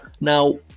Now